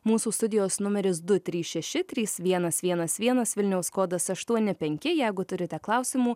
mūsų studijos numeris du trys šeši trys vienas vienas vienas vilniaus kodas aštuoni penki jeigu turite klausimų